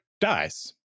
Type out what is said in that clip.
dies